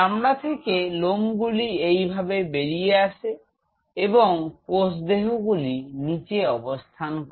চামড়া থেকে লোম গুলি এইভাবে বেরিয়ে আসে এবং কোষ দেহগুলি নিচে অবস্থান করে